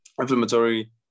inflammatory